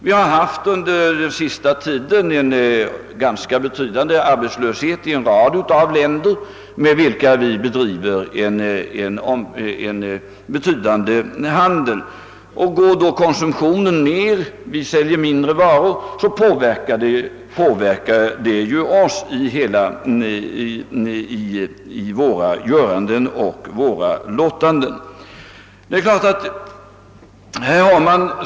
I en rad länder med vilka Sverige bedriver en betydande handel har arbetslösheten under den senaste tiden varit ganska stor. Går konsumtionen ner där och vi säljer färre varor, inverkar detta på våra göranden och låtanden här hemma.